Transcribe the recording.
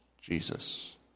Jesus